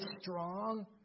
strong